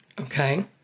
Okay